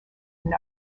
and